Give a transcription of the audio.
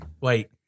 Wait